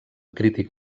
crític